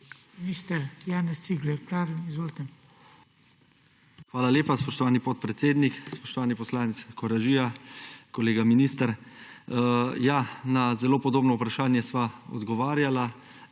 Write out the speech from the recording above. Hvala lepa, spoštovani podpredsednik. Spoštovani poslanec Koražija, kolega minister! Na zelo podobno vprašanje sva odgovarjala